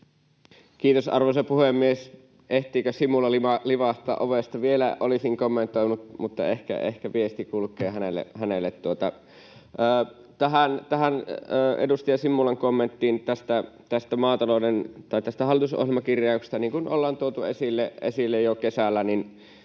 Kiitos, arvoisa puhemies! Ehtikö Simula livahtaa ovesta? Vielä olisin kommentoinut, mutta ehkä viesti kulkee hänelle. Tähän edustaja Simulan kommenttiin hallitusohjelmakirjauksesta. Niin kuin ollaan tuotu esille jo kesällä, niin